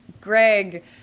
Greg